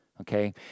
Okay